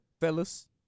Fellas